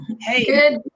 Hey